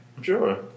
sure